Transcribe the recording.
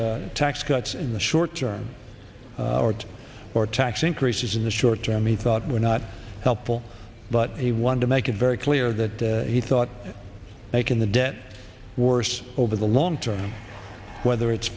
yes tax cuts in the short term or more tax increases in the short term e thought were not helpful but he wanted to make it very clear that he thought making the debt worse over the long term